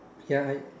ya I